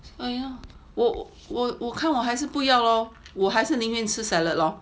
!aiya! 我我看我还是不要 loh 我还是宁愿吃 salad loh